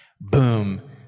boom